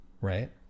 right